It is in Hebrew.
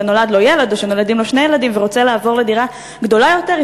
נולד לו ילד או שנולדים לו שני ילדים והוא רוצה לעבור לדירה גדולה יותר,